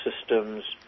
systems